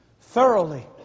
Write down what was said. thoroughly